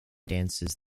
dances